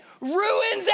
ruins